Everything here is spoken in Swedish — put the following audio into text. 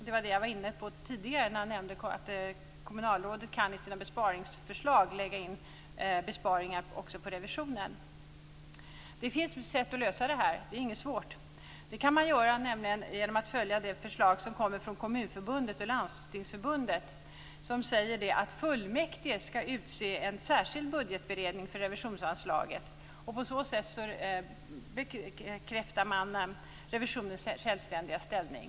Det var detta jag var inne på tidigare, dvs. att kommunalrådet kan i sina besparingsförslag lägga in besparingar på revisionen. Det finns sätt att lösa detta problem på. Det är inte svårt. Det går att göra genom att följa det förslag som kommer från Kommunförbundet och Landstingsförbundet, nämligen att fullmäktige skall utse en särskild budgetberedning för revisionsanslaget. På så sätt bekräftas revisionens självständiga ställning.